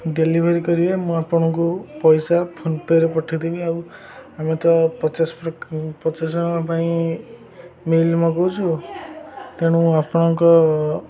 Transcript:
delivery କରି ମୁଁ ଆପଣଙ୍କୁ ପଇସା ଫୋନ ପେ'ରେ ପଠାଇଦେବି ଆଉ ଆମେ ତ ପଚାଶ ପଚାଶ ଜଣଙ୍କ ପାଇଁ ମିଲ୍ ମଗାଉଛୁ ତେଣୁ ଆପଣଙ୍କ